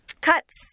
cuts